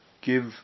give